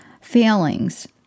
failings